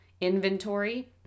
inventory